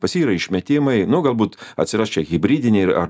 pas jį yra išmetimai nu galbūt atsiras čia hibridiniai ir